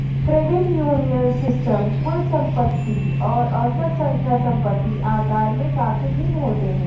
credit union system कुल संपत्ति और औसत संस्था संपत्ति आकार में काफ़ी भिन्न होते हैं